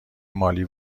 مالی